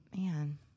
Man